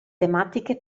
tematiche